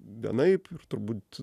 vienaip ir turbūt